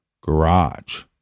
garage